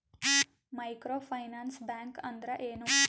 Micro finance bank ಅಂದ್ರ ಏನು?